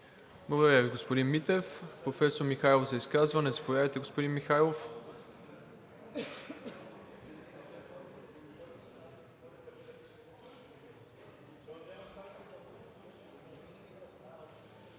Благодаря Ви, господин Митев. Професор Михайлов – за изказване. Заповядайте, господин Михайлов.